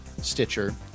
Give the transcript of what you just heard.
Stitcher